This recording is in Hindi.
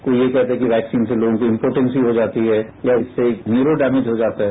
कोई ये कहता है कि वैक्सीन से लोगों की इम्पोटेंसी हो जाती है या उससे न्यूरो डैमेज हो जाता है